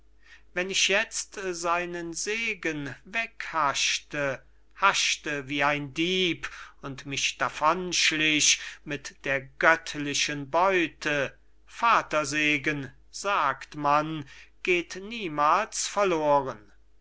wenn ich jetzt seinen segen weghaschte haschte wie ein dieb und mich davon schliche mit der göttlichen beute vatersegen sagt man geht niemals verloren